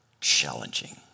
challenging